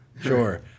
sure